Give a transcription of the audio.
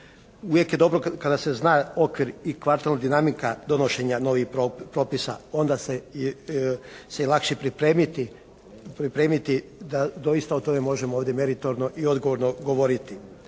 Uvijek je dobro kada se zna okvir i kvartalna dinamika donošenja novih propisa, onda se lakše pripremiti da doista o tome možemo ovdje meritorno i odgovorno govoriti.